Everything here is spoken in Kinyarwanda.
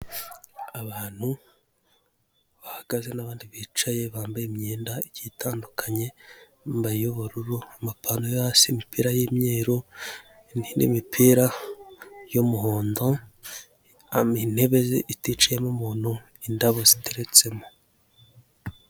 Abantu bahagaze n'abandi bicaye bambaye imyenda igiye itandukanye, bambaye iy'ubururu, amapanaro yo hasi, imipira y'imyeru, n'imipira y'umuhondo, intebe iticayemo umuntu, indabo zitetsemo.